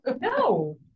No